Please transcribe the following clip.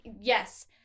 yes